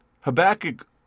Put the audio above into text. Habakkuk